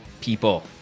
people